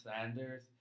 Sanders